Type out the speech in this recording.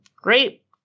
Great